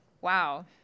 Wow